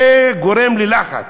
זה גורם ללחץ.